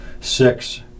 six